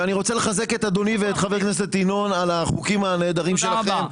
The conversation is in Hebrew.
ואני רוצה לחזק את אדוני ואת חבר הכנסת ינון על החוקים הנהדרים שלכם.